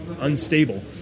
unstable